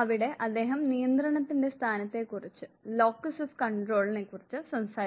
അവിടെ അദ്ദേഹം നിയന്ത്രണത്തിന്റെ സ്ഥാനത്തെക്കുറിച്ച് സംസാരിച്ചു